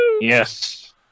Yes